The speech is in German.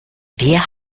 wer